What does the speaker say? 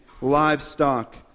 livestock